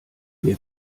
wir